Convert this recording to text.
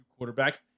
quarterbacks